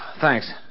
Thanks